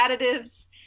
additives